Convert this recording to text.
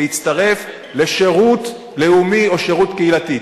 להצטרף לשירות לאומי או שירות קהילתי?